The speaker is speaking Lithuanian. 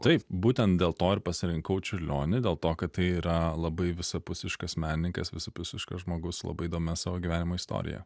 taip būtent dėl to ir pasirinkau čiurlionį dėl to kad tai yra labai visapusiškas menininkas visapusiškas žmogus su labai įdomia savo gyvenimo istorija